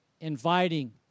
inviting